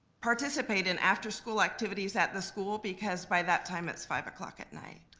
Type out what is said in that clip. participate in after school activities at the school because by that time it's five o'clock at night.